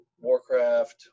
WarCraft